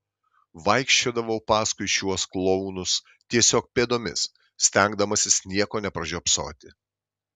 vaikščiodavau paskui šiuos klounus tiesiog pėdomis stengdamasis nieko nepražiopsoti